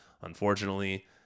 Unfortunately